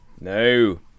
No